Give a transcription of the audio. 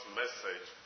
message